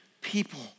people